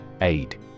Aid